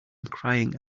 crying